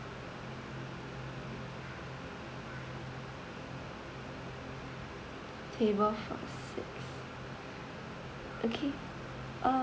table for six okay uh